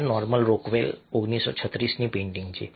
આ Norman Rockwell 1936ની painting છે